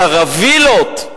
קרווילות.